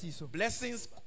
blessings